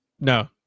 No